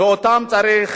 ואותם צריך